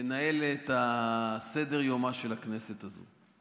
לנהל את סדר-יומה של הכנסת הזאת.